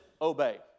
obey